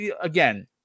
again